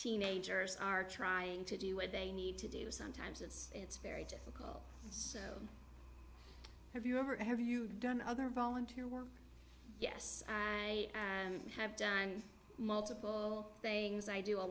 teenagers are trying to do what they need to do sometimes it's it's very difficult have you ever have you done other volunteer work yes i have done things i do a